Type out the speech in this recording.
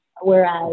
Whereas